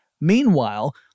Meanwhile